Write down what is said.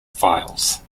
files